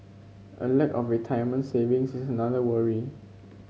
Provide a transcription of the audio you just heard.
a lack of retirement savings is another worry